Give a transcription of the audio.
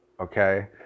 Okay